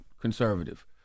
conservative